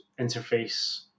interface